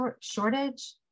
shortage